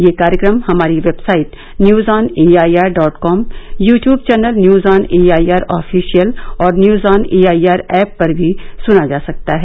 यह कार्यक्रम हमारी website news on AIR dot com YouTube channel news on AIR official और न्यूज ऑन एआईआर ऐप पर भी सुना जा सकता है